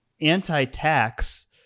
anti-tax